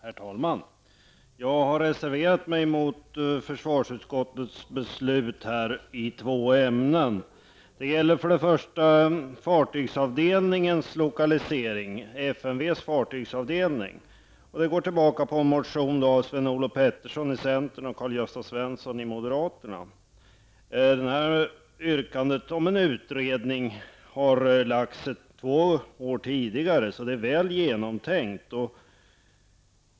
Herr talman! Jag har reserverat mig mot försvarsutskottets beslut i två ämnen. Det ena är lokaliseringen av FMVs fartygsavdelning. Den reservationen går tillbaka på en motion av Sven Olof Petersson i centern och Karl-Gösta Svenson i moderaterna. Yrkandet om en utredning har ställts två år tidigare, så det är väl genomtänkt.